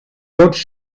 vots